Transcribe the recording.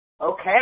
Okay